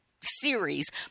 series